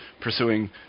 pursuing